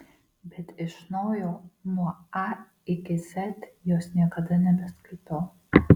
bet iš naujo nuo a iki z jos niekada nebeskaitau